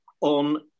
on